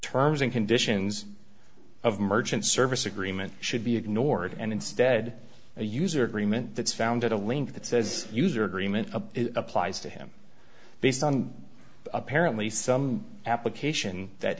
terms and conditions of merchant service agreement should be ignored and instead a user agreement that's found a link that says user agreement applies to him based on apparently some application that